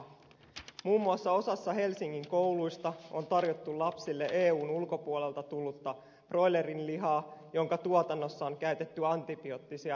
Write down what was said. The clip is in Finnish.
muun muassa osassa helsingin kouluista on tarjottu lapsille eun ulkopuolelta tullutta broilerinlihaa jonka tuotannossa on käytetty antibioottisia ravinnelisiä